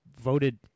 voted